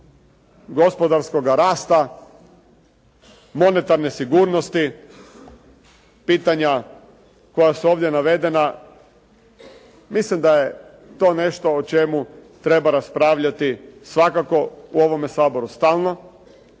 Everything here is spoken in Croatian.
gospodarskoga rasta, monetarne sigurnosti, pitanja koja su ovdje navedena. Mislim da je to nešto o čemu treba raspravljati svakako u ovome Saboru stalno.